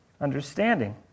understanding